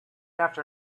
after